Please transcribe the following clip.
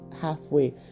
halfway